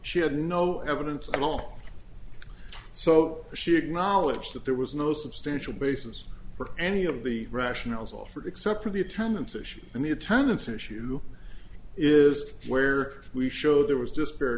she had no evidence at all so she acknowledged that there was no substantial basis for any of the rationales offered except for the attendance issue and the attendance issue is where we showed there was